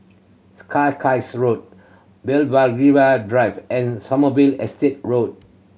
Road Drive and Sommerville Estate Road